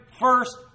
first